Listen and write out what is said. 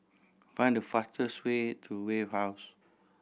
find the fastest way to Wave House